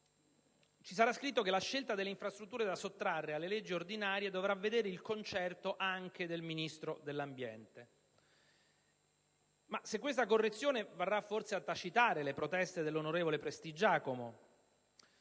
ci sarà scritto che la scelta delle infrastrutture da sottrarre alle leggi ordinarie dovrà vedere il concerto anche del Ministro dell'ambiente. Ma se questa correzione varrà forse a tacitare le proteste del ministro Prestigiacomo